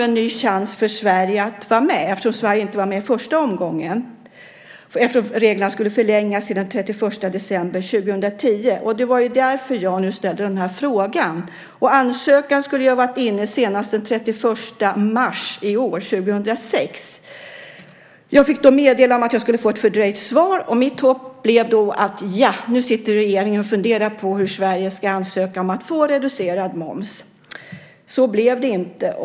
Eftersom Sverige inte var med första omgången fanns det nu en ny chans att vara med, då reglerna skulle förlängas till den 31 december 2010. Det var därför som jag nu ställde den här frågan. Ansökan skulle ha varit inne senast den 31 mars i år. Jag fick meddelande om att jag skulle få ett fördröjt svar. Mitt hopp blev då: Nu sitter regeringen och funderar på hur Sverige ska ansöka om att få reducerad moms. Så blev det inte.